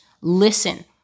listen